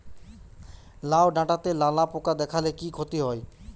লাউ ডাটাতে লালা পোকা দেখালে কি ক্ষতি হয়?